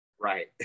right